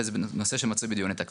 וזה נושא שמצוי בדיוני תקציב.